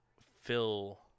fill